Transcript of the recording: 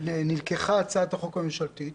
נלקחה הצעת החוק הממשלתית?